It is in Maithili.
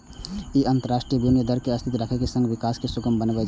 ई अंतरराष्ट्रीय विनिमय दर कें स्थिर राखै के संग विकास कें सुगम बनबै छै